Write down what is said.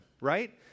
right